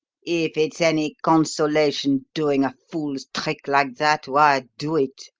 if it's any consolation doing a fool's trick like that, why do it!